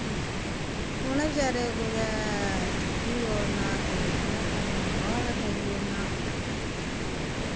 ते उ'नें बचैरें कुदै थुक्की ओड़ना ते इ'यै करेओ गोहा गै फेरी ओड़ना